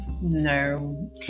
no